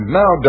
now